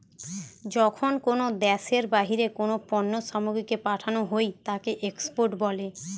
যখন কোনো দ্যাশের বাহিরে কোনো পণ্য সামগ্রীকে পাঠানো হই তাকে এক্সপোর্ট বলে